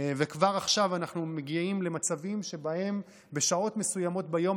כבר עכשיו אנחנו מגיעים למצבים שבהם בשעות מסוימות ביום,